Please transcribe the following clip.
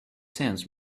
sands